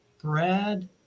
Brad